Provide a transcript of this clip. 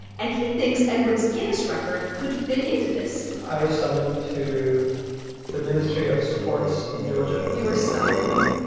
and he thinks eduard's guinness record could fit into this i was summoned to the ministry of sports in georgia you were summoned?